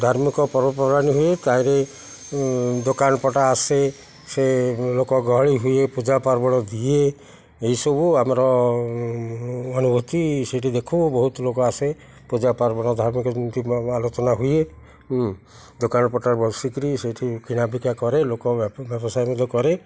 ଧାର୍ମିକ ପର୍ବପର୍ବାଣୀ ହୁଏ ତାହିଁରେ ଦୋକାନ ପଟା ଆସେ ସେ ଲୋକ ଗହଳି ହୁଏ ପୂଜା ପାର୍ବଣ ଦିଏ ଏହିସବୁ ଆମର ଅନୁଭୂତି ସେଇଠି ଦେଖୁ ବହୁତ ଲୋକ ଆସେ ପୂଜା ପାର୍ବଣ ଧାର୍ମିକ ଆଲୋଚନା ହୁଏ ଦୋକାନ ପଟା ବସିକିରି ସେଇଠି କିଣାବିକା କରେ ଲୋକ ବ୍ୟବସାୟ ମଧ୍ୟ କରେ